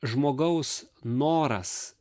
žmogaus noras